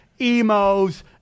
emos